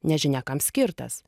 nežinia kam skirtas